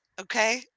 Okay